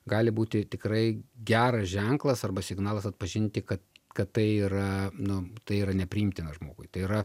gali būti tikrai geras ženklas arba signalas atpažinti kad kad tai yra nu tai yra nepriimtina žmogui tai yra